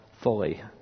fully